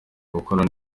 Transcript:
gukora